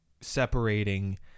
separating